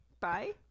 Bye